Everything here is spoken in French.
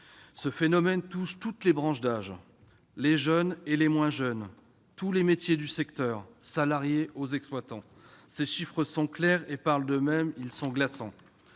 Ce phénomène touche toutes les tranches d'âge, les jeunes comme les moins jeunes, tous les métiers du secteur, les salariés et les exploitants. Les chiffres sont clairs, ils parlent d'eux-mêmes et sont glaçants